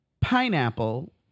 pineapple